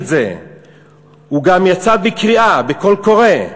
גם יצא בקריאה, בקול קורא,